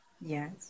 Yes